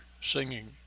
singing